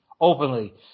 openly